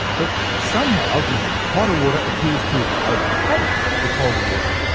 but somehow the hotter water appears to overtake the cooler water.